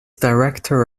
director